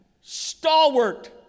stalwart